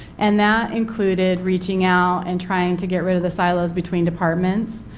and that included reaching out and trying to get rid of the silos between departments.